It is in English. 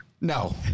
No